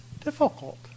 difficult